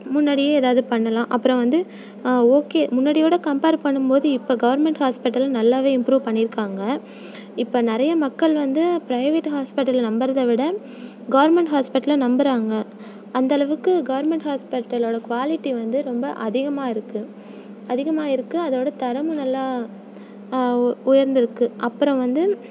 முன்னாடியே எதாவது பண்ணலாம் அப்புறம் வந்து ஓகே முன்னாடிய விட கம்பேர் பண்ணும் போது இப்போ கவர்மெண்ட் ஹாஸ்பிட்டல் நல்லாவே இம்ப்ரூவ் பண்ணியிருக்காங்க இப்போ நிறைய மக்கள் வந்து ப்ரைவேட் ஹாஸ்பிட்டலை நம்புகிறத விட கவர்மெண்ட் ஹாஸ்பிட்டலை நம்புகிறாங்க அந்தளவுக்கு கவர்மெண்ட் ஹாஸ்பிட்டலோடய குவாலிட்டி வந்து ரொம்ப அதிகமாயிருக்கு அதிகமாயிருக்கு அதோடய தரமும் நல்லா உயர்ந்திருக்கு அப்புறம் வந்து